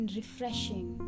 refreshing